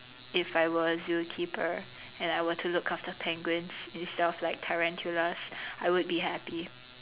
if I were a zookeeper and I were to look after penguins instead of like tarantulas I would be happy